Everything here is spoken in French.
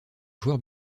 joueur